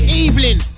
evening